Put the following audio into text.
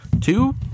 two